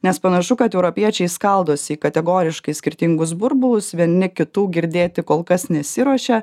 nes panašu kad europiečiai skaldosi į kategoriškai skirtingus burbulus vieni kitų girdėti kol kas nesiruošia